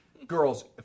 Girls